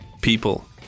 people